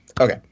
Okay